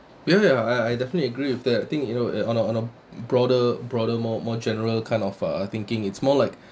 ya ya I I definitely agree with that I think you know on a on a broader broader more more general kind of uh thinking it's more like